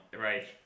Right